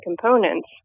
components –